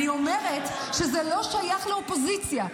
אני אומרת שזה לא שייך לאופוזיציה,